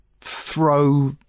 throw